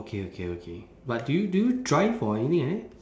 K okay okay but do you do you drive or anything like that